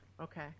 Okay